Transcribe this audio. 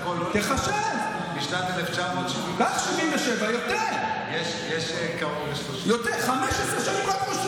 תחשב, משנת 1977, יש קרוב ל-30 שנה.